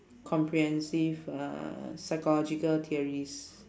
comprehensive uh psychological theories